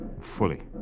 fully